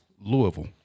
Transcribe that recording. Louisville